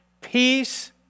peace